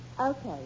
Okay